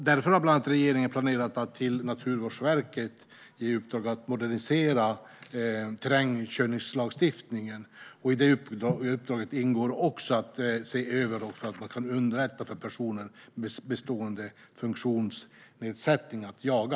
Därför har regeringen planerat att ge Naturvårdsverket i uppdrag att föreslå en modernisering av terrängkörningslagstiftningen. I detta uppdrag ingår också att se över att man kan underlätta för personer med bestående funktionsnedsättning att jaga.